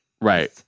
Right